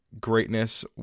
greatness